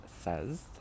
says